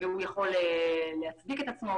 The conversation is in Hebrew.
הוא יכול להצדיק את עצמו,